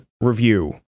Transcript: review